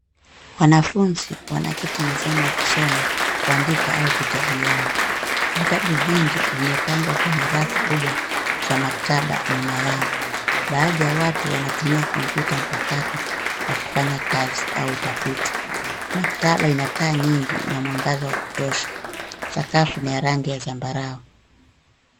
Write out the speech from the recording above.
Wanafunzi wanaketi mezani wakisoma, kuandika au kujadiliana. Vitabu vingi vimepangwa kwenye rafu kubwa za maktaba nyuma yao. Baadhi ya watu wanatumia kompyuta mpakato wakifanya kazi au utafiti. Maktaba ina taa nyingi na mwangaza wa kutosha. Sakafu ni ya rangi ya zambarau.